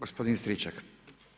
Gospodin Stričak.